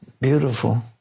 beautiful